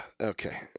okay